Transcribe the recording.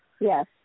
Yes